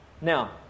Now